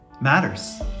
matters